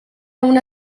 una